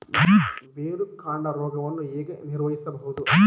ಬೇರುಕಾಂಡ ರೋಗವನ್ನು ಹೇಗೆ ನಿರ್ವಹಿಸಬಹುದು?